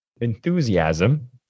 enthusiasm